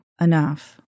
enough